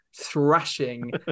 thrashing